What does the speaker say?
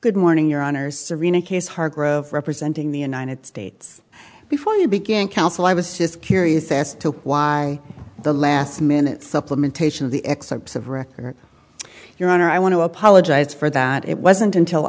good morning your honor serina case hargrove representing the united states before you began counsel i was just curious as to why the last minute supplementation of the excerpts of record your honor i want to apologize for that it wasn't until